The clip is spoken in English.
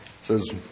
says